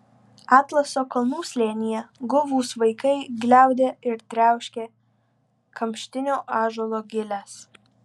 atlaso kalnų slėnyje guvūs vaikai gliaudė ir triauškė kamštinio ąžuolo giles